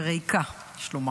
וריקה, יש לומר,